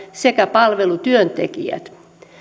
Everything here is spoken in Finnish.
sekä palvelutyöntekijät